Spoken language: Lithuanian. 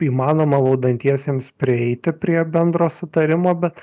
įmanoma valdantiesiems prieiti prie bendro sutarimo bet